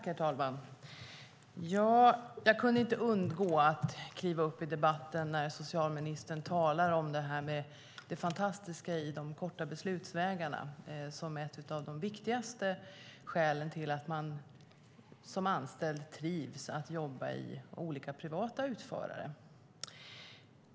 Herr talman! Jag kan inte undgå att kliva upp i debatten när socialministern talar om det fantastiska i de korta beslutsvägarna som ett av de viktigaste skälen till att man som anställd trivs hos olika privata utförare.